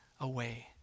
away